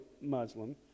Muslim